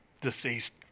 deceased